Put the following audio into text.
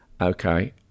Okay